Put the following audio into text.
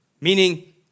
meaning